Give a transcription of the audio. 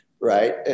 Right